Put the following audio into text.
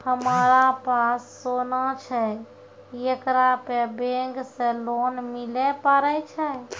हमारा पास सोना छै येकरा पे बैंक से लोन मिले पारे छै?